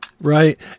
right